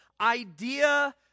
idea